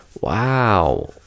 wow